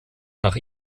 nach